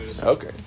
okay